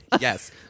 Yes